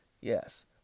Yes